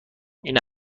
این